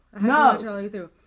No